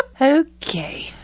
Okay